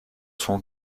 sont